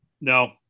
No